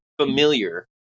familiar